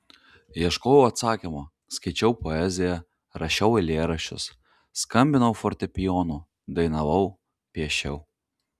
ieškojau atsakymo skaičiau poeziją rašiau eilėraščius skambinau fortepijonu dainavau piešiau